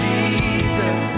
Jesus